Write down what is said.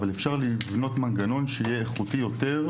אבל אפשר לבנות מנגנון שיהיה איכותי יותר,